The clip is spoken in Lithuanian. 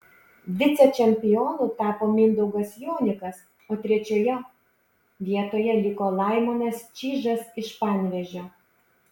vicečempionu tapo mindaugas jonikas o trečioje vietoje liko laimonas čyžas iš panevėžio